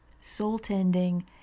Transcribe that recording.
soul-tending